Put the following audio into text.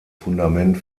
fundament